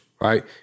right